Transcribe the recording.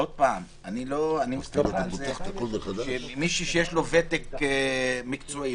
אני מסתכל על מישהו שיש לו ותק מקצועי,